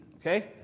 okay